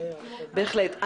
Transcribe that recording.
בהחלט.